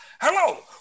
hello